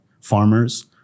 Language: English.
farmers